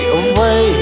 away